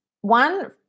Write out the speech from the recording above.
one